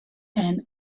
and